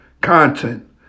content